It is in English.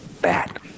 bad